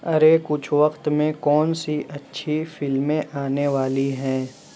ارے کچھ وقت میں کون سی اچھی فلمیں آنے والی ہیں